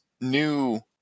new